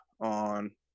on